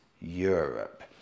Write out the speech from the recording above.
Europe